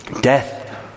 death